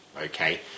okay